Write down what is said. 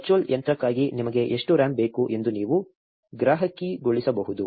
virtual ಯಂತ್ರಕ್ಕಾಗಿ ನಿಮಗೆ ಎಷ್ಟು RAM ಬೇಕು ಎಂದು ನೀವು ಗ್ರಾಹಕೀಯಗೊಳಿಸಬಹುದು